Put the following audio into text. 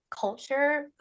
culture